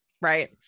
Right